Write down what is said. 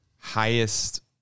highest